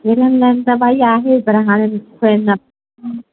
त भई आहे पर हाणे